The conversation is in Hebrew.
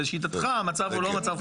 שלשיטתך המצב הוא לא מצב חריג.